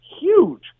huge